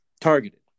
targeted